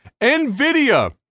NVIDIA